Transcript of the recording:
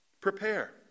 Prepare